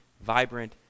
vibrant